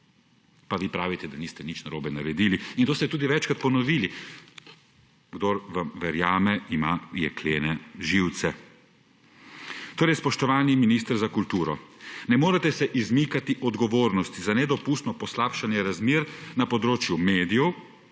Pa vi pravite, da niste nič narobe naredili in to ste tudi večkrat ponovili. Kdor vam verjame, ima jeklene živce. Spoštovani minister za kulturo, ne morete se izmikati odgovornosti za nedopustno poslabšanje razmer na področju medijev,